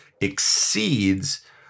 exceeds